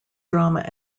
drama